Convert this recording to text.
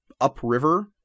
upriver